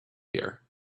here